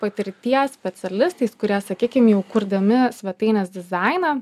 patirties specialistais kurie sakykim jau kurdami svetainės dizainą